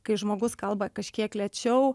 kai žmogus kalba kažkiek lėčiau